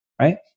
right